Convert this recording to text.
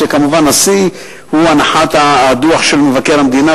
שכמובן השיא הוא הנחת הדוח של מבקר המדינה,